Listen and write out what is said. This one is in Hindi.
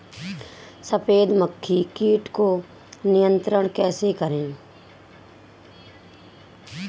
सफेद मक्खी कीट को नियंत्रण कैसे करें?